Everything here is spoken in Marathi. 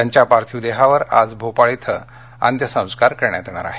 त्यांच्या पार्थिव देहावर आज भोपाळ इथ अंत्यसंस्कार करण्यात येणार आहेत